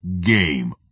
Game